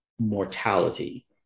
mortality